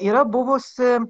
yra buvusi